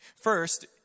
First